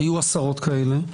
היו עשרות כאלה.